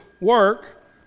work